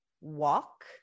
walk